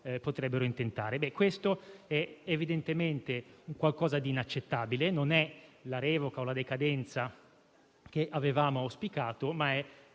potrebbero intentare. Questo è evidentemente inaccettabile; non è la revoca o la decadenza che avevamo auspicato, ma